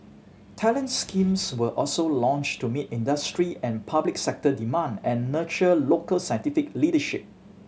talent schemes were also launched to meet industry and public sector demand and nurture local scientific leadership